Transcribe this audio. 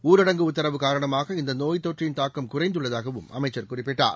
ஊரடங்கு உத்தரவு காரணமாக இந்த நோய் தொற்றின் தாக்கம் குறைந்துள்ளதாகவும் அமைச்சர் குறிப்பிட்டார்